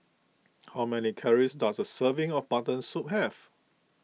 how many calories does a serving of Mutton Soup have